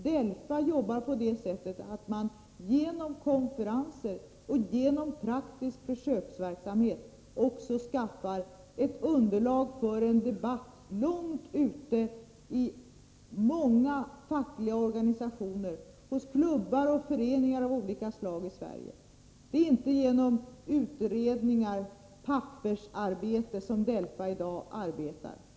DELFA jobbar också så att man genom konferenser och praktisk försöksverksamhet skaffar ett underlag för en debatt långt ute i många fackliga organisationer, hos klubbar och föreningar av olika slag i Sverige. Det är inte bara genom utredningar och pappersarbete som DELFA arbetar i dag.